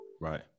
Right